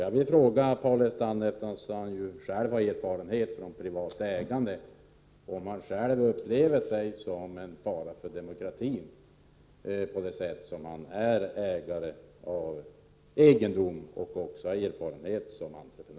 Jag vill fråga honom, eftersom han har erfarenhet av privat egendomsägande och entreprenörskap, om han uppfattar sig själv som en fara för demokratin.